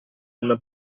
una